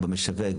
במשווק,